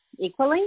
equally